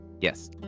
Yes